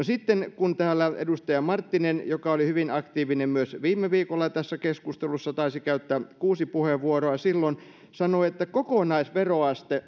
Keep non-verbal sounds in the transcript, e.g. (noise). (unintelligible) sitten kun täällä edustaja marttinen joka oli hyvin aktiivinen myös viime viikolla tässä keskustelussa taisi käyttää kuusi puheenvuoroa silloin sanoo että kokonaisveroaste